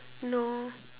no